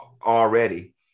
already